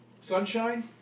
Sunshine